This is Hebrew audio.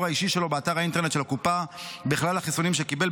האישי שלו באתר האינטרנט של הקופה בכלל החיסונים שקיבל,